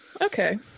okay